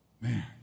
Man